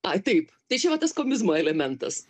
ai taip tai čia va tas komizmo elementas